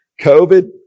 COVID